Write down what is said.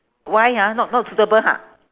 why ha not not suitable ha